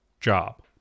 job